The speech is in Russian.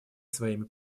своими